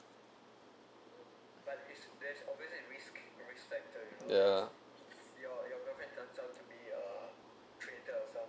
yeah